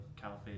caliphate